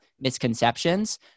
misconceptions